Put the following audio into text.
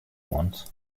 once